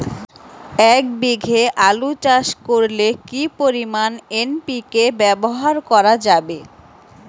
এক বিঘে আলু চাষ করলে কি পরিমাণ এন.পি.কে ব্যবহার করা যাবে?